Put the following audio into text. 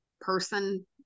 person